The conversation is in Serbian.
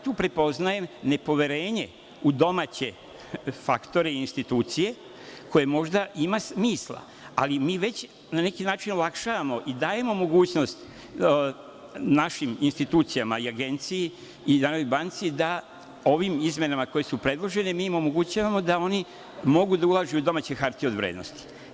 Tu prepoznajem ne poverenje u domaće faktore i institucije koje možda ima smisla, ali mi već na neki način olakšavamo i dajemo mogućnost našim institucijama i agenciji i Narodnoj banci da ovim izmenama, koje su predložene, oni mogu da ulažu u domaće hartije od vrednosti.